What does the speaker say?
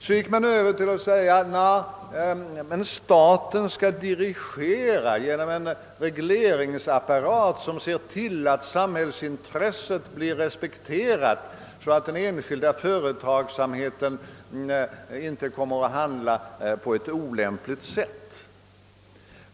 Då gick man över till att säga: Staten skall dirigera genom en regleringsapparat, varigenom man ser till att samhällsintresset blir respekterat så att den enskilda företagsamheten inte kommer att handla på ett olämpligt sätt.